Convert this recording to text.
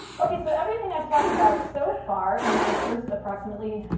okay, so everything i've talked about so far in my first, approximately,